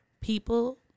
people